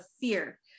fear